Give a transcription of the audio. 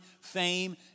fame